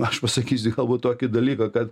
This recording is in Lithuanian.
aš pasakysiu galbūt tokį dalyką kad